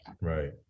right